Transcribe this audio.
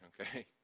okay